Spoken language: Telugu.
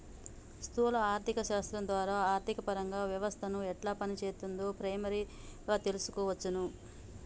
స్థూల ఆర్థిక శాస్త్రం ద్వారా ఆర్థికపరంగా వ్యవస్థను ఎట్లా పనిచేత్తుందో ప్రైమరీగా తెల్సుకోవచ్చును